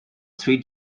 three